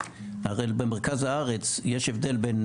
קודם כל המדד הארצי במרחב העירוני הוא 5.7 שזה גבוה אגב,